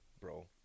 bro